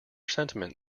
sentiment